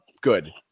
good